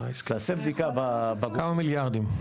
כמה מיליארדים.